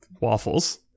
waffles